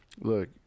look